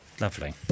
Lovely